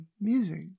Music